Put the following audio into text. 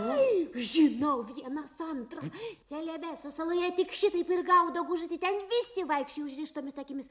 žinau vienas antrą celebeso saloje tik šitaip ir gaudavo užduotį ten visi vaikščiojo užrištomis akimis